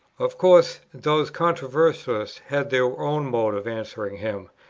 of course those controversialists had their own mode of answering him,